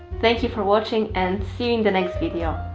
thank you for watching and see you in the next video.